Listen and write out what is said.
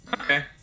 Okay